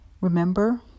Remember